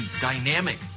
dynamic